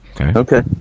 Okay